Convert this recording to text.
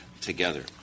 together